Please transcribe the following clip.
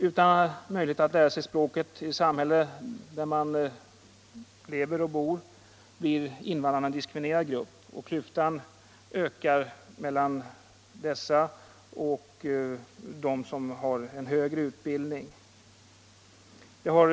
Utan möjlighet att lära sig språket i det samhälle där de lever och bor blir invandrarna en diskriminerad grupp, och klyftan mellan dem som är högt utbildade och dem som är språkligt handikappade ökar.